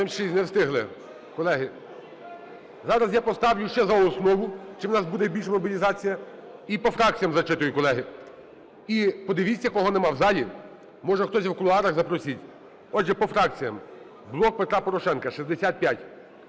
"Блок Петра Порошенка" –